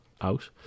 out